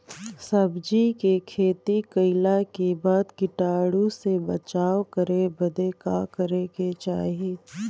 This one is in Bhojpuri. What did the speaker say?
सब्जी के खेती कइला के बाद कीटाणु से बचाव करे बदे का करे के चाही?